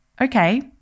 Okay